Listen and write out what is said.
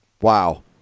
Wow